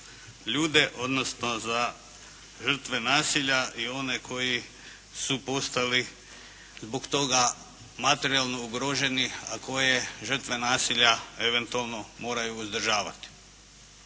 ljude, odnosno za žrtve nasilja i one koji su postali zbog toga materijalno ugroženi, a koje žrtve nasilja eventualno moraju uzdržavati.